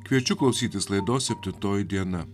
kviečiu klausytis laidos septintoji diena